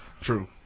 True